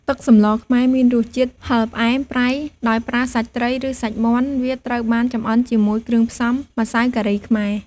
ទឹកសម្លខ្មែរមានរសជាតិហឹរផ្អែមប្រៃដោយប្រើសាច់ត្រី ឬសាច់មាន់ វាត្រូវបានចម្អិនជាមួយគ្រឿងផ្សំម្សៅការីខ្មែរ។